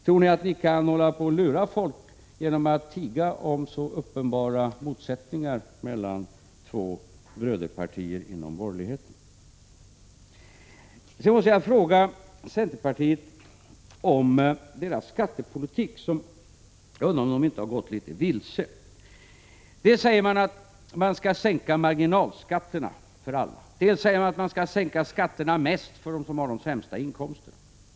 Tror ni att ni kan hålla på att lura folk genom att tiga om så uppenbara motsättningar mellan två broderpartier inom borgerligheten? Jag måste fråga centerpartiet om inte centerns skattepolitik har gått litet vilse. Dels säger man att man skall sänka marginalskatterna för alla, dels vill man sänka skatterna mest för dem som har de lägsta inkomsterna.